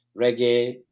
reggae